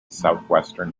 southwestern